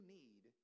need